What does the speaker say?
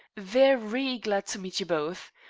ve-ry glad to meet you both.